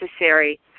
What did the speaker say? necessary